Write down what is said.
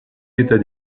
état